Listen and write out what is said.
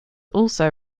also